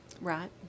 right